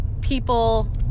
people